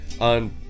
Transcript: on